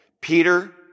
Peter